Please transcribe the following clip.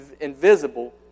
invisible